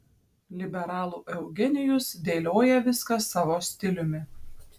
liberalų eugenijus dėlioja viską savo stiliumi